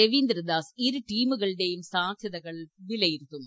രവീന്ദ്രദാസ് ഇരുടീമുകളുടെയും സാധ്യതകൾ വിലയിരുത്തുന്നു